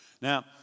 Now